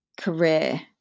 career